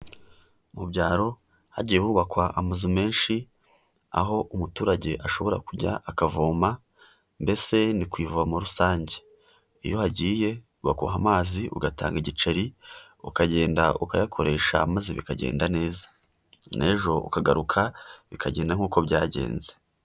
Mu byaro hagiye hubakwa amazu menshi aho umuturage ashobora kujya akavoma, mbese ni ku ivomo rusange, iyo uhagiye baguha amazi ugatanga igiceri ukagenda ukayakoresha maze bikagenda neza. N'ejo ukagaruka bikagenda nk'uko byagenze.